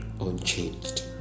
unchanged